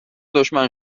دشمن